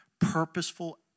purposeful